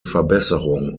verbesserung